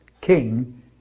king